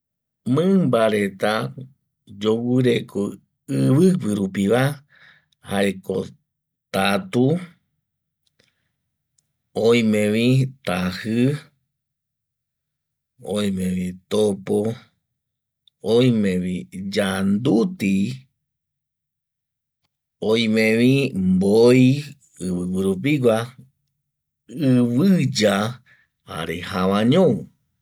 Mimba reta yoguireko iviguirrupiva jaeko tatu oime vi taji oime vi topo oime vi yanduti oime vi mboi ivigurupigua ibiya jare jabañon